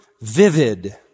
vivid